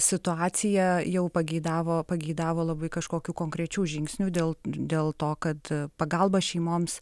situacija jau pageidavo pageidavo labai kažkokių konkrečių žingsnių dėl dėl to kad pagalba šeimoms